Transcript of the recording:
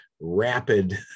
rapid